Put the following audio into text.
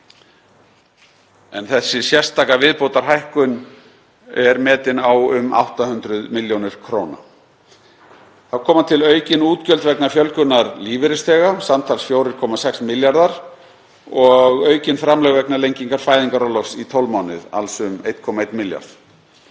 en þessi sérstaka viðbótarhækkun er metin á um 800 millj. kr. Þá koma til aukin útgjöld vegna fjölgunar lífeyrisþega, samtals 4,6 milljarðar kr., og aukin framlög vegna lengingar fæðingarorlofs í 12 mánuði, alls um 1,1 milljarð